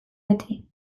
beti